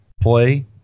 play